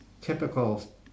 typical